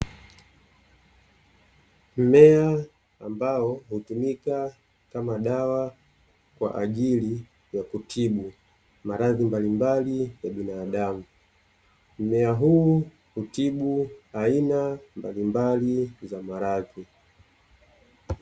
Mmea ambao hutumika kama dawa kwa ajili ya kutibu maradhi mbalimbali ya binadamu. Mmea huu hutibu aina mbalimbali za maradhi.